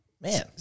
man